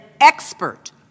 expert